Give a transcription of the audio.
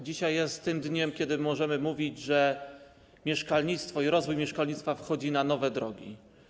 Dzisiejszy dzień jest tym dniem, kiedy możemy mówić, że mieszkalnictwo i rozwój mieszkalnictwa wchodzi na nowe drogi.